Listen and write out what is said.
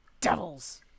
devils